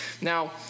Now